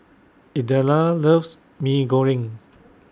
Idella loves Mee Goreng